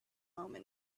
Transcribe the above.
moment